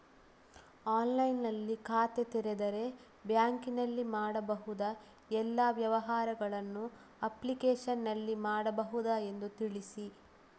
ಆನ್ಲೈನ್ನಲ್ಲಿ ಖಾತೆ ತೆರೆದರೆ ಬ್ಯಾಂಕಿನಲ್ಲಿ ಮಾಡಬಹುದಾ ಎಲ್ಲ ವ್ಯವಹಾರಗಳನ್ನು ಅಪ್ಲಿಕೇಶನ್ನಲ್ಲಿ ಮಾಡಬಹುದಾ ಎಂದು ತಿಳಿಸಿ?